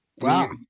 Wow